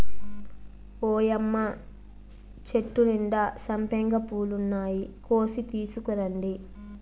ఓయ్యమ్మ చెట్టు నిండా సంపెంగ పూలున్నాయి, కోసి తీసుకురండి